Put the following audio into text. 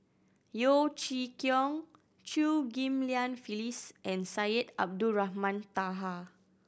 Yeo Chee Kiong Chew Ghim Lian Phyllis and Syed Abdulrahman Taha